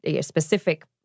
specific